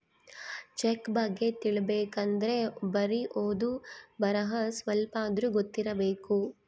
check ಬಗ್ಗೆ ತಿಲಿಬೇಕ್ ಅಂದ್ರೆ ಬರಿ ಓದು ಬರಹ ಸ್ವಲ್ಪಾದ್ರೂ ಗೊತ್ತಿರಬೇಕು